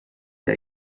der